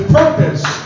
purpose